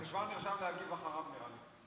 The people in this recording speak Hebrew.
אני כבר נרשם להגיב אחריו, נראה לי.